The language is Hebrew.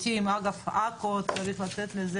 אגב, לגבי פיקוד העורף, צריך לתת לזה